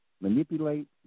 manipulate